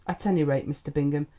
at any rate, mr. bingham,